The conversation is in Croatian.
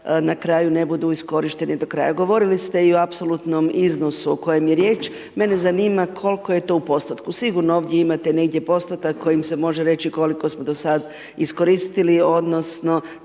na kraju ne budu iskorišteni do kraja. Govorili ste i o apsolutnom iznosu o kojem je riječ, mene zanima koliko je to u postotku, sigurno ovdje imate negdje postotak kojim se može reći koliko smo do sada iskoristili odnosno